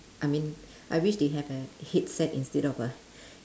I mean I wish they have a headset instead of a